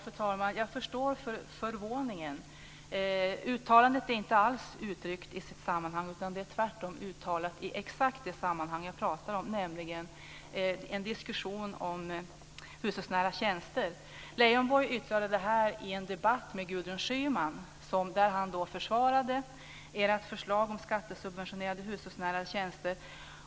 Fru talman! Jag förstår förvåningen. Uttalandet är inte alls uttryckt ur sitt sammanhang. Det är tvärtom uttalat i exakt det sammanhang jag pratar om, nämligen i en diskussion om hushållsnära tjänster. Leijonborg yttrade detta i en debatt med Gudrun Schyman där han försvarade ert förslag om skattesubventionerade hushållsnära tjänster.